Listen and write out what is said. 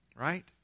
Right